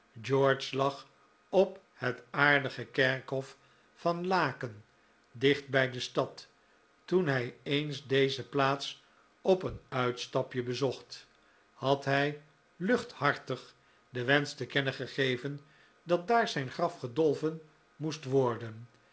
george lag op het aardige kerkhof van laeken dicht bij de stad toen hij eens deze plaats op een uitstapje bezocht had hij luchthartig den wensch te kennen gegeven dat daar zijn graf gedolven moest worden